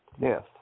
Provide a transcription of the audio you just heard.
Yes